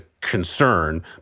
concern